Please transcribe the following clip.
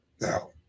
Now